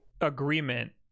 agreement